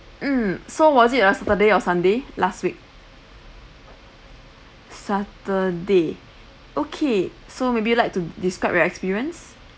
mm so was it on saturday or sunday last week saturday okay so maybe you like to describe your experience